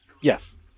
Yes